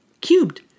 cubed